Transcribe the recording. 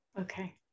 Okay